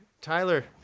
Tyler